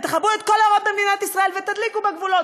תכבו את כל האורות במדינת ישראל ותדליקו בגבולות,